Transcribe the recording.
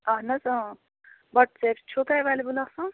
اہن حظ بۄٹہٕ ژیرٕ چھو تۄہہِ اٮ۪وٮ۪لیبٕل آسان